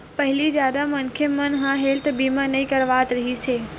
पहिली जादा मनखे मन ह हेल्थ बीमा नइ करवात रिहिस हे